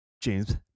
James